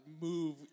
move